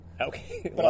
Okay